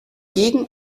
gegen